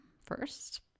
first